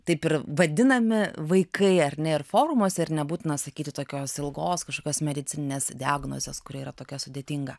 taip ir vadinami vaikai ar ne ir forumuose ir nebūtina sakyti tokios ilgos kažkokios medicininės diagnozės kuri yra tokia sudėtinga